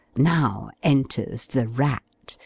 now enters the rat,